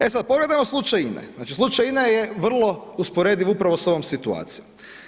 E sada pogledamo slučaj INA-e, slučaj INA-e je vrlo usporediv upravo s ovom situacijom.